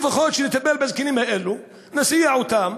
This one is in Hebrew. לפחות שהוא יטפל בזקנים האלה, נסיע אותם,